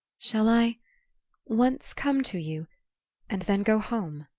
shall i once come to you and then go home?